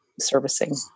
servicing